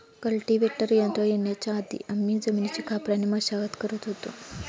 cultivator यंत्र येण्याच्या आधी आम्ही जमिनीची खापराने मशागत करत होतो